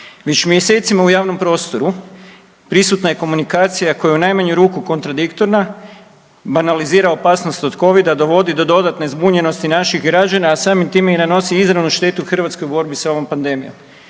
Već mjesecima u javnom prostoru prisutna je komunikacija koja je u najmanju kontradiktorna banalizira opasnost od Covid-a, dovodi do dodatne zbunjenosti naših građana, a samim time i nanosi izravnu štetu hrvatskoj borbi sa ovom pandemijom.